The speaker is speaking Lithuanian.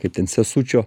kaip ten sesučio